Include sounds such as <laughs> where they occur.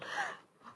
<laughs>